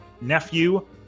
nephew